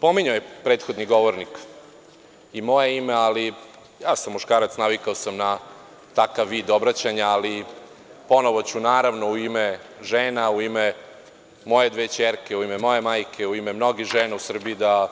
Pominjao je prethodni govornik i moje ime, ali ja sam muškarac, navikao sam na takav vid obraćanja, ali ponovo ću, naravno, u ime žena, u ime moje dve ćerke, u ime moje majke, u ime mnogih žena u Srbiji, da